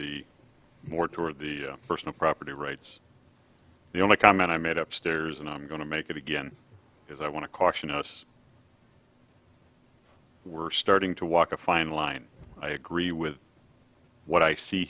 the more toward the personal property rights the only comment i made up stairs and i'm going to make it again is i want to caution us we're starting to walk a fine line i agree with what i see